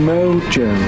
Mojo